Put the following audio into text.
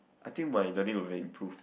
I think my will very improved